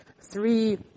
three